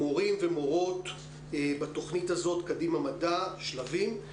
מורים ומורות בתוכנית הזו, קדימה מדע ב"שלבים",